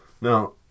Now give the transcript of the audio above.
Now